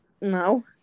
No